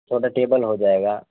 چوٹا table ہو جائے گا